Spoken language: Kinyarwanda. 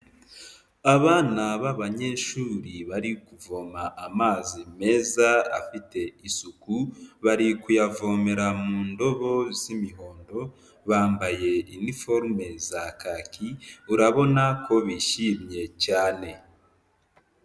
Aba ni ab'abanyeshuri bari kuvoma amazi meza afite isuku, bari kuyavomera mu ndobo z'imihondo, bambaye iniforume za kaki, urabona ko bishimye cyane.